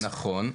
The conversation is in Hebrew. זה נכון.